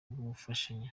gufashanya